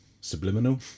subliminal